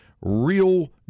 real